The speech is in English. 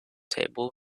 table